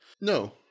No